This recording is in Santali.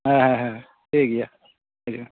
ᱦᱮᱸ ᱦᱮᱸ ᱦᱮᱸ ᱴᱷᱤᱠ ᱜᱮᱭᱟ ᱦᱤᱡᱩᱜ ᱢᱮ